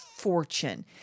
fortune